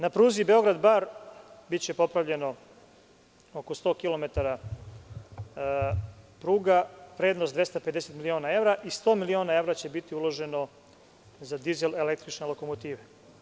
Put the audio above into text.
Na pruzi Beograd-Bar, biće popravljeno oko 100 km, vrednost je 250 miliona evra i 100 miliona evra će biti uloženo za dizel električne lokomotive.